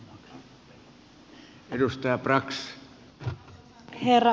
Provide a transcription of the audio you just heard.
arvoisa herra puhemies